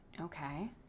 okay